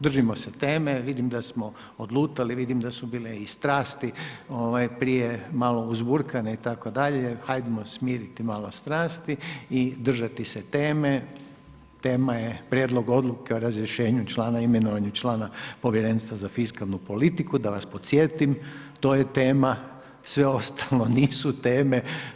Držimo se teme, vidim da smo odlutali, vidim da su bile i strasti prije malo uzburkane itd., hajd'mo smiriti malo strasti i držati se teme, tema je Prijedlog odluke o razrješenju člana i imenovanju člana Povjerenstva za fiskalnu politiku, da vas podsjetim, to je tema, sve ostalo nisu teme.